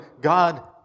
God